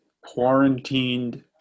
quarantined